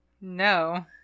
no